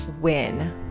win